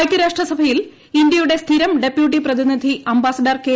ഐകൃരാഷ്ട്രസഭയിൽ ഇന്തൃയുടെ സ്ഥിരം ഡെപ്യൂട്ടി പ്രതിനിധി അംബാസഡർ കെ